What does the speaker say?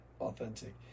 authentic